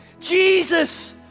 Jesus